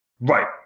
Right